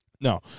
No